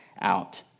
out